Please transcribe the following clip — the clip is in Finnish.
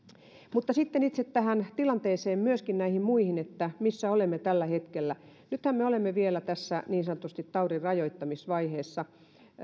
sitten itse tähän tilanteeseen ja myöskin näihin muihin ja siihen missä olemme tällä hetkellä nythän me olemme vielä niin sanotusti tässä taudin rajoittamisvaiheessa